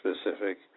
specific